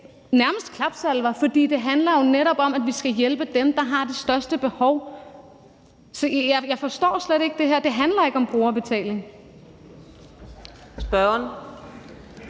medføre klapsalver, for det handler jo netop om, at vi skal hjælpe dem, der har det største behov. Så jeg forstår slet ikke det her. Det handler ikke om brugerbetaling.